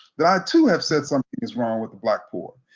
that i too have said something is wrong with the black poor,